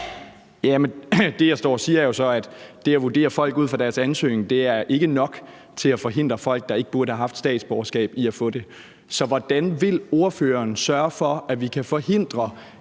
Det, jeg står og siger, er jo så, at det at vurdere folk ud fra deres ansøgning, ikke er nok til at forhindre folk, der ikke burde have haft statsborgerskab, i at få det. Så hvordan vil ordføreren sørge for, at vi kan forhindre